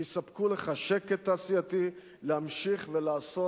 שיספקו לך שקט תעשייתי להמשיך ולעשות